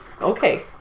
Okay